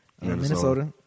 Minnesota